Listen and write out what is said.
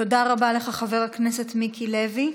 תודה רבה לך, חבר הכנסת מיקי לוי.